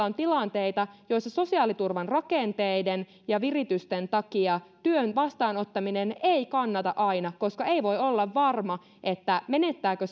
on tilanteita joissa sosiaaliturvan rakenteiden ja viritysten takia työn vastaanottaminen ei kannata aina koska ei voi olla varma menettääkö